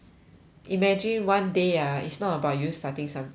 imagine one day ah it's not about you starting something is about